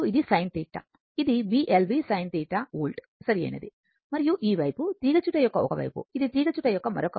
ఇది Bl v sin θ volt సరియైనది మరియు ఈ వైపు తీగచుట్ట యొక్క ఒక వైపు ఇది తీగచుట్ట యొక్క మరొక వైపు